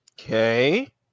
Okay